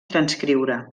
transcriure